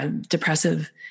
depressive